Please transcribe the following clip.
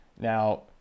now